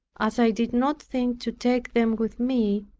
as i did not think to take them with me.